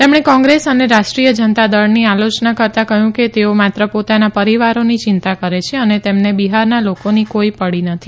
તેમણે કોંગ્રેસ અને રાષ્ટ્રીય જનતા દળની આલોચના કરતા કહ્યું કે તેઓ માત્ર પોતાના પરિવારોની ચિંતા કરે છે અને તેમને બિહારના લોકોની કોઇ પડતી નથી